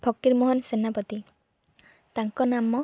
ଫକୀର ମୋହନ ସେନାପତି ତାଙ୍କ ନାମ